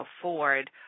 afford